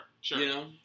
sure